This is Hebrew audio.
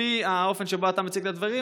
לפי האופן שבו אתה מציג את הדברים,